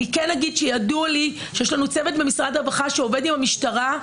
אני כן אגיד שידוע לי שיש לנו צוות במשרד הרווחה שעובד עם המשטרה.